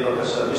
בבקשה, להצביע.